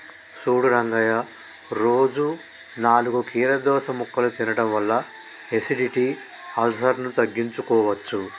సూడు రంగయ్య రోజు నాలుగు కీరదోస ముక్కలు తినడం వల్ల ఎసిడిటి, అల్సర్ను తగ్గించుకోవచ్చు